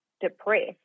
depressed